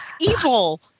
Evil